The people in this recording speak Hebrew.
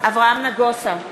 אברהם נגוסה,